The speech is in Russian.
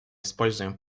используем